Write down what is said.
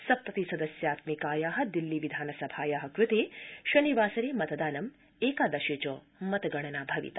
सप्तति सदस्यात्मिकाया दिल्ली विधानसभाया कृते शनिवारे मतदानं एकादशे च मतगणना भविता